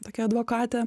tokia advokatė